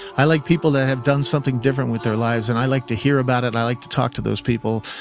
i like people that have done something different with their lives and i like to hear about it. i like to talk to those people.